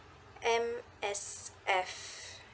M_S_F